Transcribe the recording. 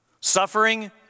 Suffering